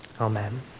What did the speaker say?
Amen